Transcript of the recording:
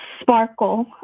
sparkle